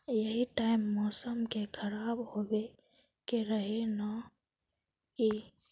यही टाइम मौसम के खराब होबे के रहे नय की?